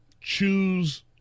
choose